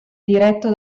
diretto